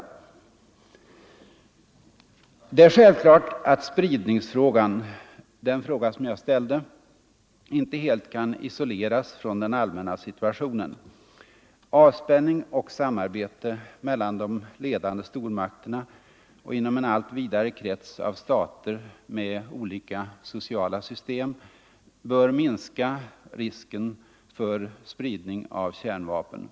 Det är självklart att spridningsfrågan — det var den fråga som jag ställde — Nr 127 —- inte helt kan isoleras från den allmänna situationen. Avspänning och Fredagen den samarbete mellan de ledande stormakterna och inom en allt vidare krets 22 november 1974 av stater med olika sociala system bör minska riskerna för spridning av kärnvapen. Ang.